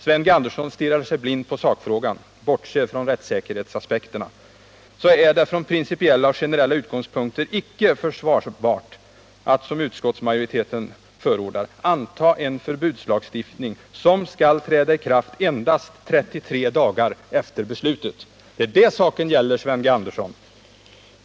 Sven G. Andersson stirrar sig blind på sakfrågan och bortser från rättssäkerhetsaspekterna, men det är från principiella och generella utgångspunkter icke försvarbart att, som utskottsmajoriteten förordar, anta en förbudslagstiftning som skall träda i kraft endast 33 dagar efter beslutet. Det är det saken gäller, Sven G. Andersson.